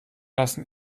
lassen